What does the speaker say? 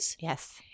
Yes